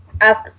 ask